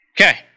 Okay